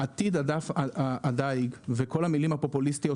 בסדר גמור.